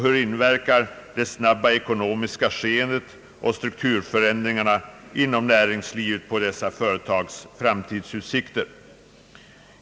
Hur inverkar t.ex. det snabba ekonomiska skeendet och strukturförändringarna inom näringslivet på dessa företags framtidsutsikter?